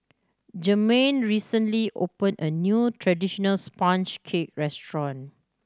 Jermain recently opened a new traditional sponge cake restaurant